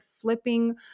flipping